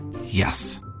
Yes